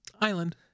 island